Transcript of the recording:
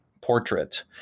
portrait